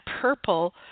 purple